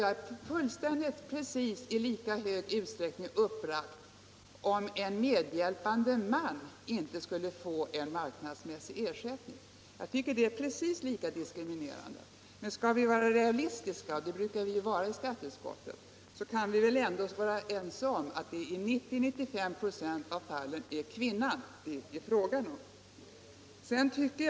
Men, herr Wärnberg, jag är precis lika uppbragt om en medhjälpande man inte kan få marknadsmässig ersättning. Det är precis lika diskriminerande. Men skall vi vara realistiska — och det brukar vi vara i skatteutskottet — kan vi väl ändå vara överens om att det i 90-95 ". av fallen är fråga om kvinnor.